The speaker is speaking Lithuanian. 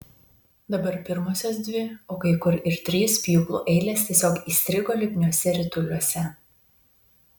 dabar pirmosios dvi o kai kur ir trys pjūklų eilės tiesiog įstrigo lipniuose rituliuose